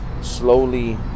slowly